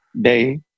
day